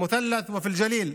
במשולש ובגליל.